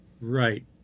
right